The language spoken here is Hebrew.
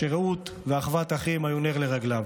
שרעות ואחוות אחים היו נר לרגליו.